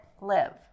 live